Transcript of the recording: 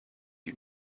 you